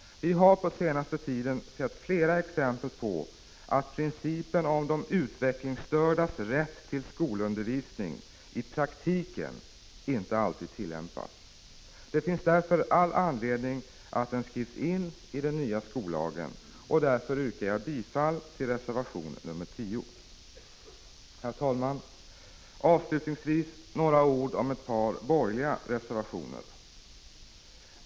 Vi har på den senaste tiden sett flera exempel på att principen om de utvecklingsstördas rätt till skolundervisning i praktiken inte alltid tillämpas. Det finns därför all anledning att den skrivs in i den nya skollagen. Därför yrkar jag bifall till reservation nr 10. Herr talman! Avslutningsvis några ord om ett par borgerliga reservationer.